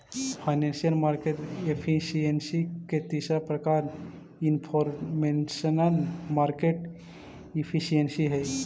financial market efficiency के तीसरा प्रकार इनफॉरमेशनल मार्केट एफिशिएंसी हइ